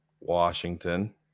Washington